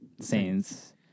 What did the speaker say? Saints